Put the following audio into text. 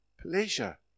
pleasure